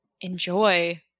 enjoy